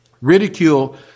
ridicule